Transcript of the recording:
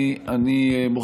(אומר